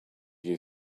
you